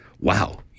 Wow